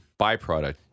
byproduct